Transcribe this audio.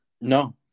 No